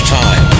time